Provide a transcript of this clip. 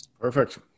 perfect